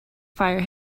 fire